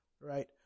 right